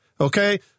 Okay